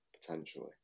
potentially